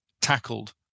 tackled